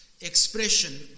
Expression